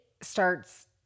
starts